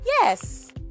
yes